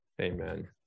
Amen